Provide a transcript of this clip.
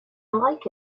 like